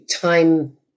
time